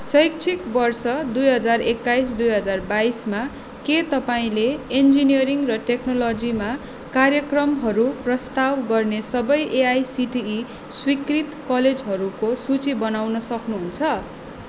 शैक्षिक बर्ष दुई हजार एक्काइस दुई हजार बाइसमा के तपाईँँले इन्जिनियरिङ् र टेक्नोलोजीमा कार्यक्रमहरू प्रस्ताव गर्ने सबै एआइसिटिई स्वीकृत कलेजहरूको सुची बनाउन सक्नुहुन्छ